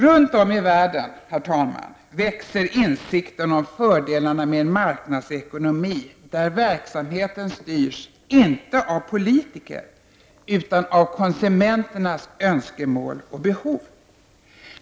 Runt om i världen växer insikten om fördelarna med en marknadsekonomi där verksamheten styrs inte av politikerna utan av konsumenternas behov och önskemål.